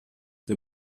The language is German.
der